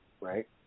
Right